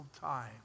time